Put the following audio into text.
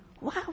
Wow